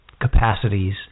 capacities